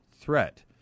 threat